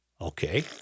Okay